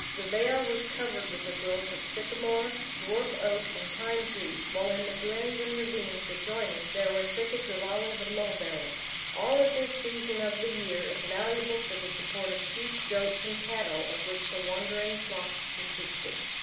the vale was covered with a growth of sycamore, dwarf-oak, and pine trees, while in the glens and ravines adjoining there were thickets of olive and mulberry all at this season of the year invaluable for the support of sheep, goats, and cattle, of which the wandering flocks consisted.